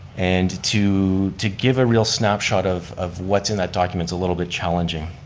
and to to give a real snapshot of of what's in that document is a little bit challenging.